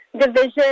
division